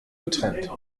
getrennt